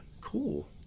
Cool